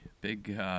big